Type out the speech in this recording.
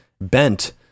bent